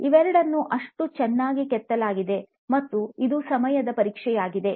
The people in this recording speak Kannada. ಇವೆರಡನ್ನೂ ಅಷ್ಟು ಚೆನ್ನಾಗಿ ಕೆತ್ತಲಾಗಿದೆ ಮತ್ತು ಇದು ಸಮಯದ ಪರೀಕ್ಷೆಯಾಗಿದೆ